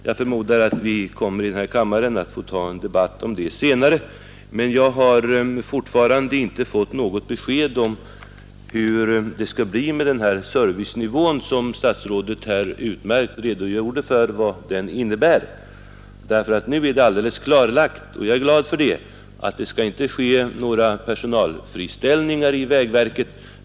Jag förmodar att vi i denna kammare får ta en debatt om detta senare. Men jag har fortfarande inte fått något besked om hur det blir med den servicenivå som statsrådet utmärkt redogjorde för. Nu är det alldeles klart — och jag är glad för detta — att det inte skall ske några personalfriställningar i vägverket.